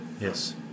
yes